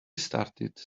started